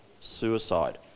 suicide